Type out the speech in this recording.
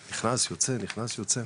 נכנס, יוצא, נכנס, יוצא.